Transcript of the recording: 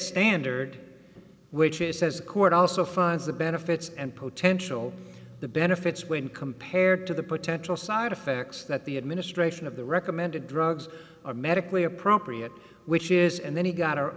standard which says the court also finds the benefits and potential benefits when compared to the potential side effects that the administration of the recommended drugs are medically appropriate which is and then he got